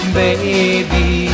baby